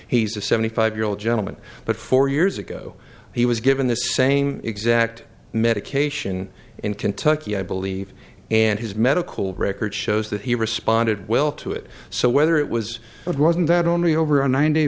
he's a seventy five year old gentleman but four years ago he was given this same exact medication in kentucky i believe and his medical record shows that he responded well to it so whether it was it wasn't that only over a nine day